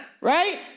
right